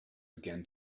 began